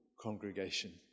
congregation